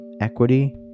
equity